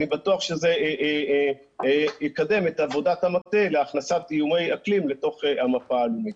אני בטוח שזה יקדם את עבודת המטה להכנסת איומי אקלים לתוך המפה הלאומית.